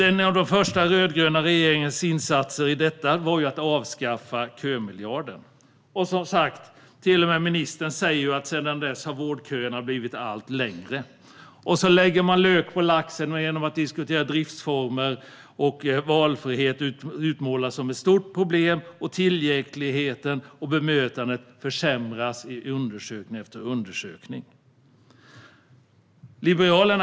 En av den rödgröna regeringens första insatser var att avskaffa kömiljarden. Till och med ministern säger att sedan dess har vårdköerna blivit allt längre. Som lök på laxen diskuteras driftsformer, och valfrihet utmålas som ett stort problem. Undersökning efter undersökning visar att tillgängligheten och bemötandet försämras. Herr talman!